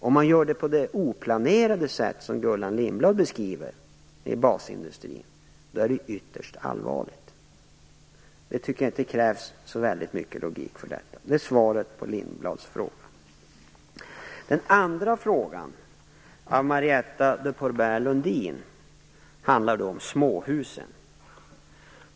Gör man på det oplanerade sätt med basindustrin som Gullan Lindblad beskriver, är det ytterst allvarligt. Jag tycker inte att det krävs så väldigt mycket logik för detta. Det är svaret på Gullan Lindblads fråga. Lundin, handlar om småhusen.